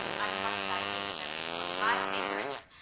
i'm talking about engagement which is one of my favorites.